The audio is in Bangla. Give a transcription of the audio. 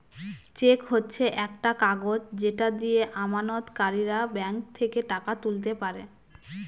চেক হচ্ছে একটা কাগজ যেটা দিয়ে আমানতকারীরা ব্যাঙ্ক থেকে টাকা তুলতে পারে